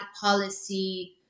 policy